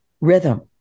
rhythm